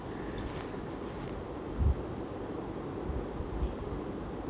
I asked her to and and refund then she is like oh refund கேட்டா குடுப்பாங்களான்னு தெரில:kaettaa kuduppaangalaanu therila then she said